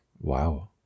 Wow